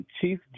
Chief